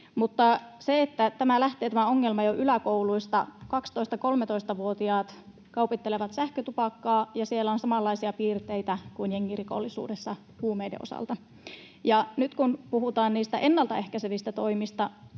tämä ongelma lähtee jo yläkouluista: 12—13-vuotiaat kaupittelevat sähkötupakkaa, ja siellä on samanlaisia piirteitä kuin jengirikollisuudessa huumeiden osalta. Nyt kun puhutaan niistä ennaltaehkäisevistä toimista,